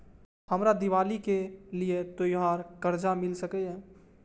हमरा दिवाली के लिये त्योहार कर्जा मिल सकय?